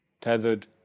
tethered